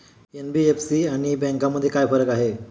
NBFC आणि बँकांमध्ये काय फरक आहे?